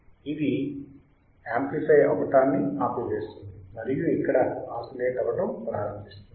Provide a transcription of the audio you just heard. ఇది విస్తరించడాన్ని ఆపివేస్తుంది మరియు ఇక్కడ ఆసిలేట్ అవ్వటం ప్రారంభిస్తుంది